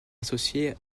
associé